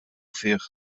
fih